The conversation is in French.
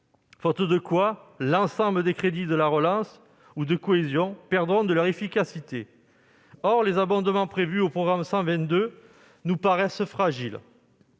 Faute de quoi, l'ensemble des crédits de la relance ou de cohésion perdront de leur efficacité. Or les abondements prévus au programme 112 nous paraissent fragiles.